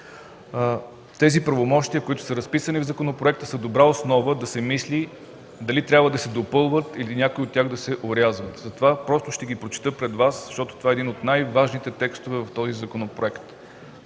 правомощията, които са разписани в законопроекта, са добра основа да се мисли дали трябва да се допълват, или някои от тях да се орязват. Ще ги прочета пред Вас, защото това е един от най-важните текстове в законопроекта.